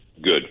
good